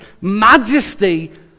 majesty